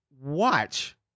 watch